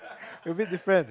a bit different